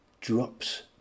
Drops